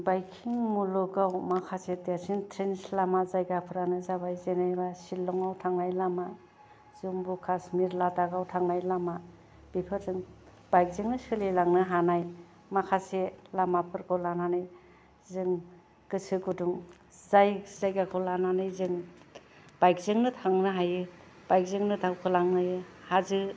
बाइकिं मुलुगाव माखासे देरसिन ट्रेन्डस लामा जायगाफोरानो जाबाय जेनेबा सिलंआव थांनाय लामा जुम्मु कास्मिर लाडाखयाव थांनाय लामा बेफोरजों बाइकजोंनो सोलिलांनो हानाय माखासे लामाफोरखौ लानानै जों गोसो गुदुं जाय जायगाखौ लानानै जों बाइकजोंनो थांनो हायो बाइकजोंनो दावखो लांनो हायो हाजो